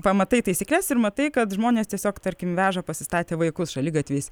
pamatai taisykles ir matai kad žmonės tiesiog tarkim veža pasistatę vaikus šaligatviais